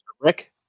Rick